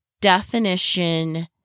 definition